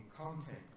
content